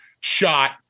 shot